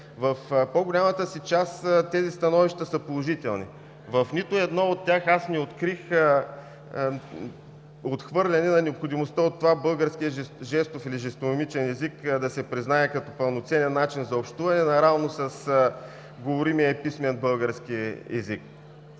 В по-голямата си част тези становища са положителни. В нито едно от тях не открих отхвърляне на необходимостта от това българският жестов или жестомимичен език да се признае като пълноценен начин за общуване наравно с говоримия писмен български език.